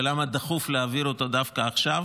ולמה דחוף להעביר אותו דווקא עכשיו